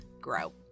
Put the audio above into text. grow